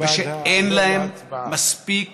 ושאין להם מספיק